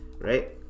right